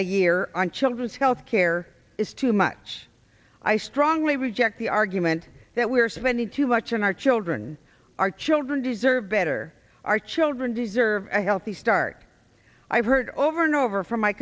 a year on children's health care is too much i strongly reject the argument that we are spending too much on our children our children deserve better our children deserve a healthy start i've heard over and over from my